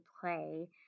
play